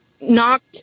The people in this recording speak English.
knocked